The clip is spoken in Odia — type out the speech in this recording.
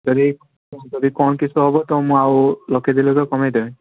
ଯଦି ଯଦି କ'ଣ କିସ ହେବ ତ ମୁଁ ଆଉ ଲକ୍ଷେ ଦୁଇ ଲକ୍ଷ କମାଇ ଦେବି